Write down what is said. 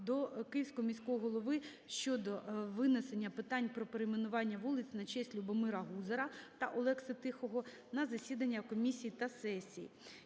до Київського міського голови щодо винесення питань про перейменування вулиць на честь Любомира Гузара та Олекси Тихого на засідання комісій та сесії.